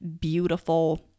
beautiful